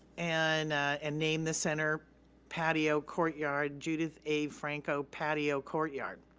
and and name the center patio courtyard judith a. franco patio courtyard.